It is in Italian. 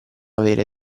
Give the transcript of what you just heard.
avere